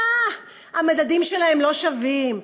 אה, המדדים שלהם לא שווים,